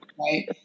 right